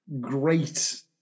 great